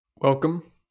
Welcome